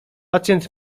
pacjent